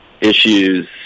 issues